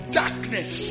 darkness